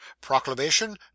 proclamation